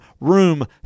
Room